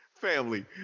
family